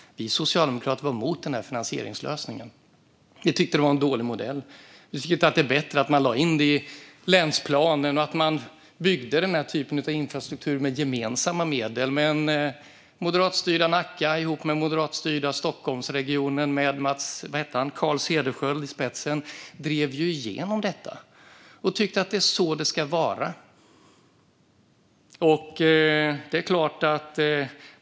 Vi socialdemokrater var emot denna finansieringslösning. Vi tyckte att det var en dålig modell. Vi tyckte att det vore bättre att lägga in det i länsplanen och att bygga den här typen av infrastruktur med gemensamma medel. Men moderatstyrda Nacka ihop med moderatstyrda Stockholmsregionen, med Carl Cederschiöld i spetsen, drev igenom detta och tyckte att det var så det skulle vara.